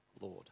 Lord